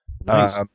Nice